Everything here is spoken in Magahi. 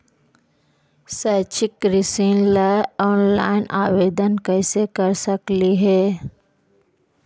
शैक्षिक ऋण ला ऑनलाइन आवेदन कैसे कर सकली हे?